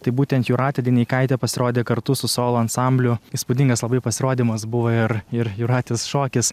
tai būtent jūratė dineikaitė pasirodė kartu su solo ansambliu įspūdingas labai pasirodymas buvo ir ir jūratės šokis